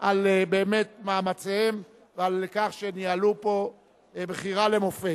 באמת על מאמציהם ועל כך שניהלו פה בחירה למופת.